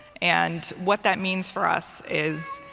and what that means for us is,